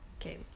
Okay